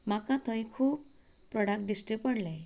म्हाका थंय खूब प्रॉडक्ट दिश्टी पडलें